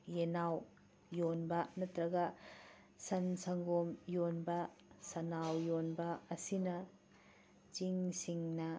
ꯌꯦꯟꯅꯥꯎ ꯌꯣꯟꯕ ꯅꯠꯇ꯭ꯔꯒ ꯁꯟ ꯁꯪꯒꯣꯝ ꯌꯣꯟꯕ ꯁꯟꯅꯥꯎ ꯌꯣꯟꯕ ꯑꯁꯤꯅ ꯆꯤꯡ ꯁꯤꯡꯅ